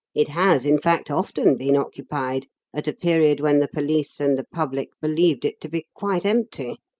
it has, in fact, often been occupied at a period when the police and the public believed it to be quite empty.